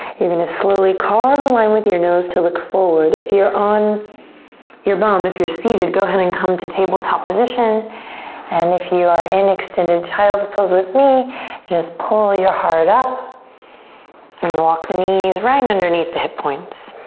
you're gonna slowly carve a and line with your nose to look forward. if you're on your bum, if you're seated, go ahead and come to tabletop position and if you are in extended child's pose with me just pull your heart up and walk the knees right underneath the hip points.